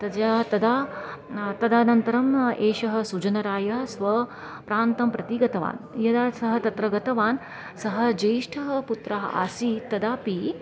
तज तदा तदनन्तरम् एषः सुजनराय स्वप्रान्तं प्रति गतवान् यदा सः तत्र गतवान् सः जेष्ठः पुत्रः आसीत् तदापि